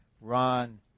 Ron